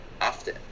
often